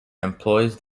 employs